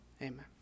Amen